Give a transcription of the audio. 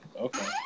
Okay